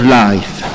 life